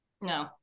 No